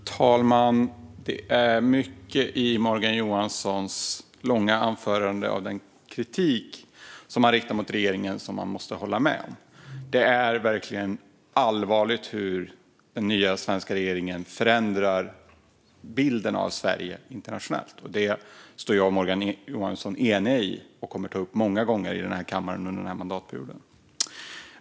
Fru talman! Det är mycket av den kritik som Morgan Johansson riktar mot regeringen i sitt långa anförande som jag måste hålla med om. Det är verkligen allvarligt hur den nya svenska regeringen förändrar bilden av Sverige internationellt. Det är jag och Morgan Johansson eniga om och kommer att ta upp många gånger i denna kammare under mandatperioden.